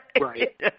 Right